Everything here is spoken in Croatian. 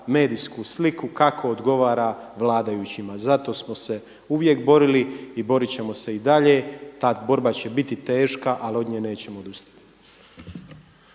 medijsku sliku kako odgovara vladajućima. Zato smo se uvijek borili i boriti ćemo se i dalje, ta borba će biti teška ali od nje nećemo odustati.